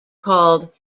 called